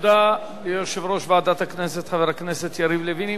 תודה ליושב-ראש ועדת הכנסת, חבר הכנסת יריב לוין.